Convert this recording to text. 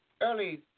early